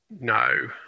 no